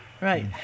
right